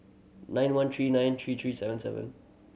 nine one three nine three three seven seven